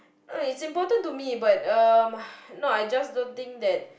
uh it's important to me but um no I just don't think that